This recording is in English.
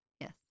yes